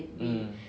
mm